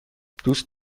دوست